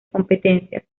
competencias